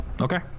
okay